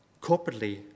corporately